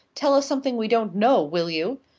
tell us something we don't know, will you?